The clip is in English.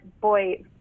Boy